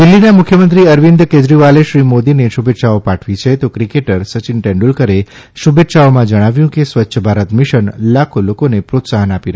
દિલ્હીના મુખ્યમંત્રી અરવિંદ કેજરીવાલે શ્રી મોદીને શુભેચ્છાઓ પાઠવી છે તો ક્રિકેટર સચિન તેંડુલકરે શુભેચ્છાઓમાં જણાવ્યું કે સ્વચ્છ ભારત મિશન લાખો લોકોને પ્રોત્સાહન આપી રહ્યું છે